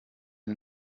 den